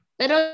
pero